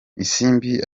isimbi